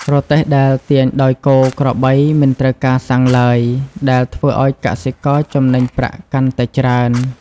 រទេះដែលទាញដោយគោក្របីមិនត្រូវការសាំងឡើយ ដែលធ្វើឱ្យកសិករចំណេញប្រាក់កាន់តែច្រើន។